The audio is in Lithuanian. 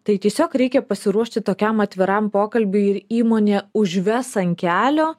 tai tiesiog reikia pasiruošti tokiam atviram pokalbiui ir įmonė užves ant kelio